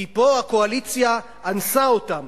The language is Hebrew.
כי פה הקואליציה אנסה אותם,